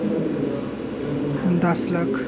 दस लक्ख